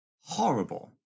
horrible